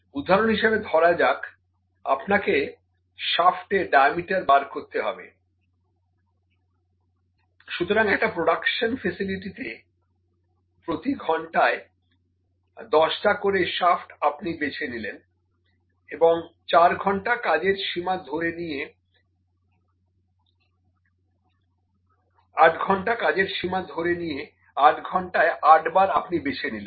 উদাহরণ হিসেবে ধরা যাক আপনাকে শ্যাফ্টের ডায়ামিটার বার করতে হবে সুতরাং একটা প্রোডাকশন ফেসিলিটিতে প্রতি ঘন্টায় 10 টা করে শ্যাফ্ট আপনি বেছে নিলেন এবং 8 ঘন্টা কাজের সীমা ধরে নিয়ে 8 ঘন্টায় 8 বার আপনি বেছে নিলেন